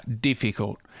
difficult